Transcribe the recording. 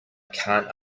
can’t